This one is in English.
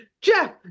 Jeff